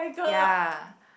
ya